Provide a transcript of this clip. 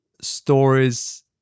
stories